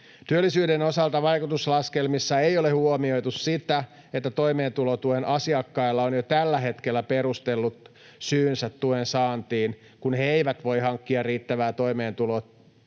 Työllisyyden osalta vaikutuslaskelmissa ei ole huomioitu sitä, että toimeentulotuen asiakkailla on jo tällä hetkellä perustellut syynsä tuen saantiin, kun he eivät voi hankkia riittävää toimeentuloa